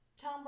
Tom